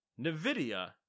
NVIDIA